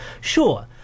Sure